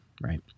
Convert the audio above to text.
right